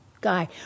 guy